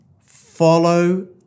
Follow